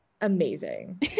Amazing